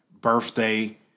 birthday